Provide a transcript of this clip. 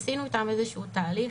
עשינו אתם איזשהו תהליך